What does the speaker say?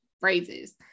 phrases